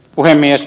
puhemies